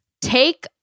take